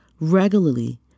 regularly